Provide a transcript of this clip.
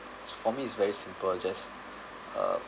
for me is very simple I just uh